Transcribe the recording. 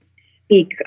speak